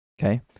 okay